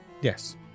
Yes